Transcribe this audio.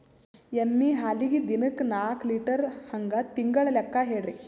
ಎಮ್ಮಿ ಹಾಲಿಗಿ ದಿನಕ್ಕ ನಾಕ ಲೀಟರ್ ಹಂಗ ತಿಂಗಳ ಲೆಕ್ಕ ಹೇಳ್ರಿ?